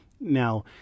Now